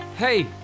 Hey